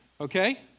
okay